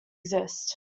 exist